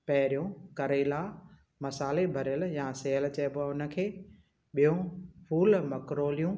पहिरियों करेला मसाले भरियल या सेअल चइबो आहे हुनखे ॿियूं फुल मक्रोलियूं